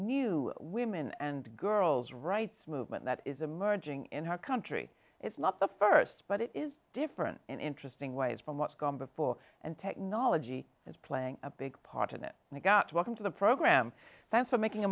new women and girls rights movement that is emerging in her country it's not the st but it is different in interesting ways from what's gone before and technology is playing a big part of it and i got welcome to the program thanks for making a